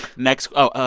next oh,